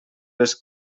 les